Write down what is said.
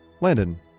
Landon